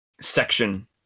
section